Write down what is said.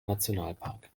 nationalpark